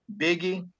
Biggie